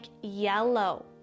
yellow